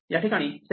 या ठिकाणी सेल्फ